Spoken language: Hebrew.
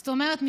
זאת אומרת,